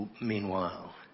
Meanwhile